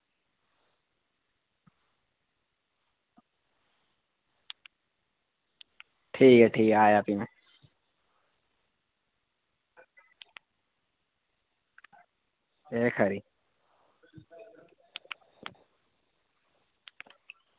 ठीक ऐ ठीक ऐ आया भी में एह् खरी